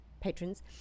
patrons